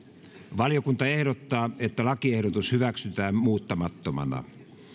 valiokunta ehdottaa että lakiehdotus hyväksytään muuttamattomana